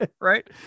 right